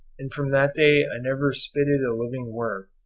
and from that day i never spitted a living worm,